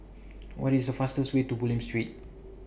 What IS The fastest Way to Bulim Street